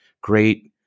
great